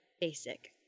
basic